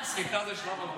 סחיטה זה השלב הבא.